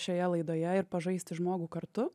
šioje laidoje ir pažaisti žmogų kartu